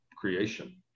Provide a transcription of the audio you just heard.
creation